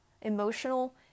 Emotional